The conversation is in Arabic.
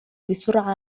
بسرعة